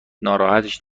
ناراحتش